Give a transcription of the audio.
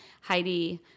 Heidi